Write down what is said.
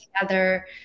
together